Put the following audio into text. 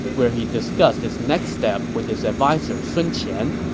where he discussed his next step with his adviser sun qian.